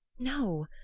no,